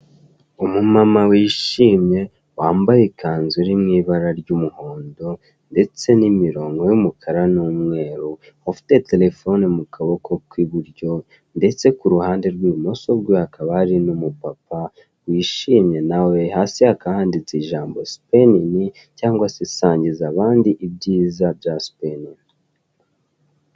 Umumama wishimye, wambaye ikanzu irimo ibara ry'umuhondo ndetse n'imirongo y'umukara n'umweru, ufite telefone mu kaboko k'iburyo, ndetse ku ruhande rw'ibumoso rwe hakaba hari n'umupapa wishimye na we, hasi hakaba handitse ijambo sipenini cyangwa se sangiza abandi ibyiza bya sipenini.